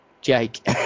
Jake